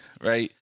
right